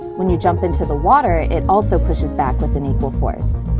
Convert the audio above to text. when you jump into the water, it also pushes back with an equal force.